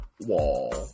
Wall